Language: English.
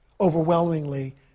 overwhelmingly